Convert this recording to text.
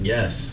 Yes